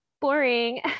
boring